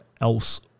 else